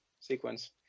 sequence